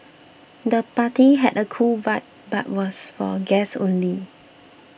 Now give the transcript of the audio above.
the party had a cool vibe but was for guests only